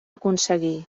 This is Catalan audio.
aconseguir